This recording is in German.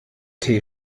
tee